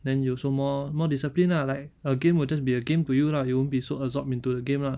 then you also more more discipline lah like a game will just be a game to you lah you won't be so absorbed into the game lah